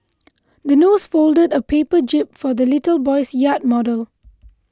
the nurse folded a paper jib for the little boy's yacht model